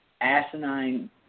asinine